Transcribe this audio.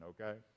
okay